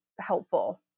helpful